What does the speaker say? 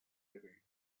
debate